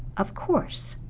of course.